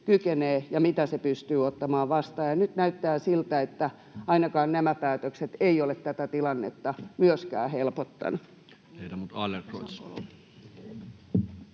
ja mitä se pystyy ottamaan vastaan. Nyt näyttää siltä, että ainakaan nämä päätökset eivät ole tätä tilannetta myöskään helpottaneet.